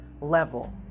level